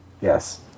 Yes